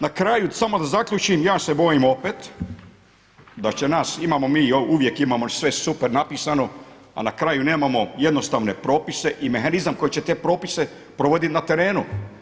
Na kraju samo da zaključim, ja se bojim opet da će nas, imamo mi uvijek imamo sve super napisano, a na kraju nemamo jednostavne propise i mehanizam koji će te propise provoditi na terenu.